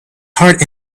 heart